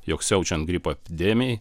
jog siaučiant gripo epdemijai